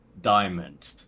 Diamond